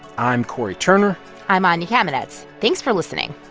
i'm cory turner i'm anya kamenetz. thanks for listening